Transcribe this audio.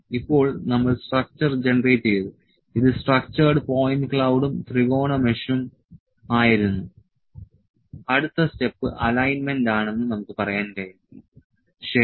ഇപ്പോൾ നമ്മൾ structure generate ചെയ്തു ഇത് സ്ട്രക്ചേഡ് പോയിന്റ് ക്ളൌഡും ത്രികോണ മെഷും ആയിരുന്നു അടുത്ത സ്റ്റെപ്പ് അലൈൻമെന്റ് ആണെന്ന് നമുക്ക് പറയാൻ കഴിയും ശരി